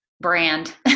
brand